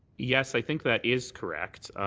yes, i think that is correct.